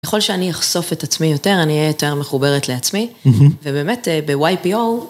בכל שאני אחשוף את עצמי יותר, אני אהיה יותר מחוברת לעצמי, ובאמת ב-YPO...